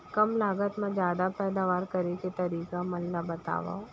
कम लागत मा जादा पैदावार करे के तरीका मन ला बतावव?